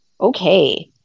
okay